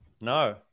No